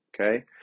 Okay